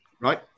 Right